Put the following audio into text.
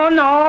no